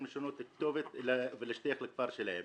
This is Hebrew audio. לשנות את הכתוב ולהשתייך לכפר שלהם.